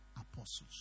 apostles